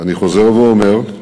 אני חוזר ואומר,